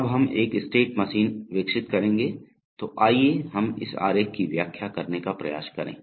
अब हम एक स्टेट मशीन विकसित करेंगे तो आइए हम इस आरेख की व्याख्या करने का प्रयास करें